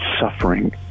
suffering